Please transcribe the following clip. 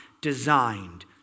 designed